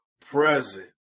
present